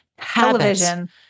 television